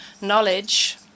knowledge